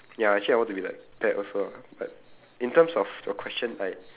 ya actually I want to like that also ah but in terms of your question I